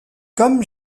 comme